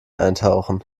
eintauchen